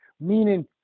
Meaning